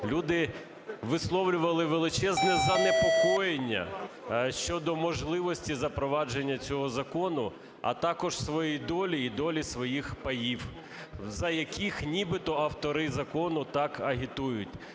люди висловлювали величезне занепокоєння щодо можливості запровадження цього закону, а також своєї долі і долі своїх паїв, за яких нібито автори закону так агітують.